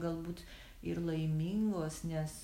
galbūt ir laimingos nes